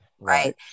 right